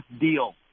deal